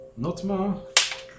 Notma